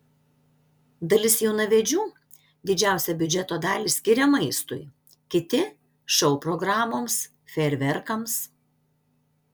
dalis jaunavedžių didžiausią biudžeto dalį skiria maistui kiti šou programoms fejerverkams